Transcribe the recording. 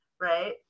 Right